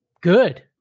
Good